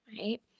right